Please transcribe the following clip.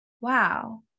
wow